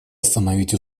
остановить